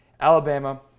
alabama